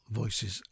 voices